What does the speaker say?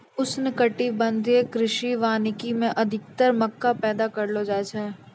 उष्णकटिबंधीय कृषि वानिकी मे अधिक्तर मक्का पैदा करलो जाय छै